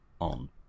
on